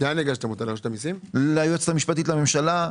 הוגשה ליועצת המשפטית לממשלה,